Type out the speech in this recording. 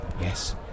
Yes